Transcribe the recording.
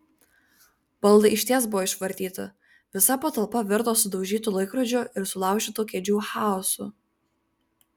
baldai išties buvo išvartyti visa patalpa virto sudaužytų laikrodžių ir sulaužytų kėdžių chaosu